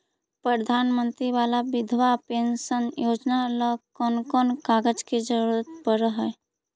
प्रधानमंत्री बाला बिधवा पेंसन योजना ल कोन कोन कागज के जरुरत पड़ है?